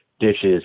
dishes